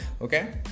okay